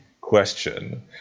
question